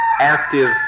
active